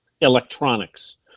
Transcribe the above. electronics